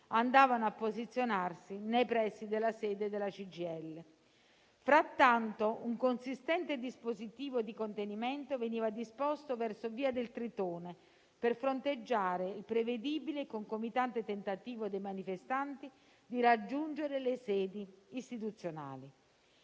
andavano a posizionarsi nei pressi della sede della CGIL. Frattanto, un consistente dispositivo di contenimento veniva disposto verso Via del Tritone per fronteggiare il prevedibile e concomitante tentativo dei manifestanti di raggiungere le sedi istituzionali.